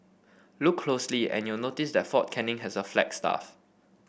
look closely and you'll notice that Fort Canning has a flagstaff